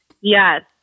Yes